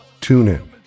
TuneIn